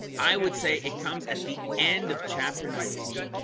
i would say it comes at the end of chapter nineteen